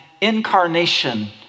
incarnation